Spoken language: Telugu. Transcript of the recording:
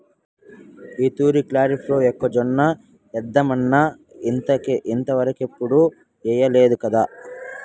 ఈ తూరి కరీఫ్లో మొక్కజొన్న ఏద్దామన్నా ఇంతవరకెప్పుడూ ఎయ్యలేకదా